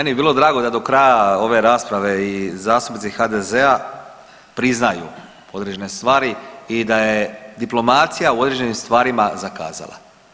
Meni bi bilo drago da do kraja ove rasprave i zastupnici HDZ-a priznaju određene stvari i da je diplomacija u određenim stvarima zakazala.